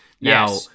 Now